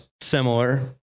similar